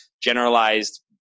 generalized